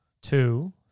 Two